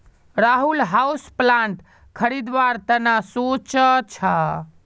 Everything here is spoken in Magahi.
राहुल हाउसप्लांट खरीदवार त न सो च छ